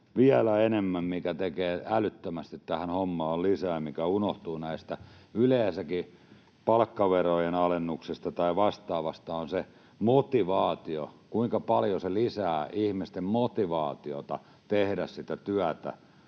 enemmän tekee tähän hommaan lisää, mikä unohtuu yleensäkin näistä palkkaverojen alennuksista tai vastaavista, on se motivaatio, kuinka paljon se lisää ihmisten motivaatiota tehdä työtä.